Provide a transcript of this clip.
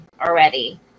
already